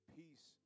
peace